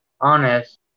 honest